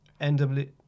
NW